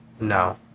No